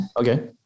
Okay